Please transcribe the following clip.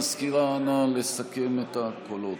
המזכירה, אנא, לסכם את הקולות.